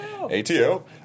ATO